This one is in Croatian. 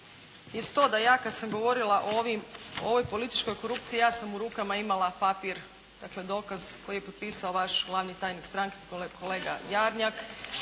to da ja kada sam govorila o ovoj političkoj korupciji ja sam u rukama imala papir, dakle dokaz koji je potpisao vaš član i tajnik stranke kolega Jarnjak